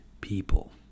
people